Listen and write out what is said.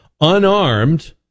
unarmed